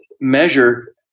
measure